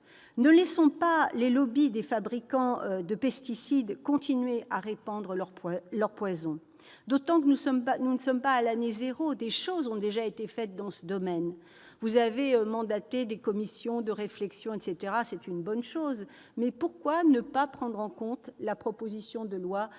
Ne laissons pas les lobbies des fabricants de pesticides continuer à répandre leur poison. D'autant que nous n'en sommes pas à l'année zéro, des avancées ont déjà été faites dans ce domaine. Vous avez ainsi mandaté un certain nombre de commissions de réflexion, c'est une bonne chose. Mais pourquoi ne pas prendre en compte la présente proposition de loi ?